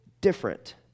different